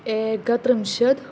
एकत्रिंशत्